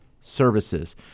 services